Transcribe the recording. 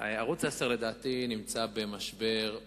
ערוץ-10 נמצא במשבר.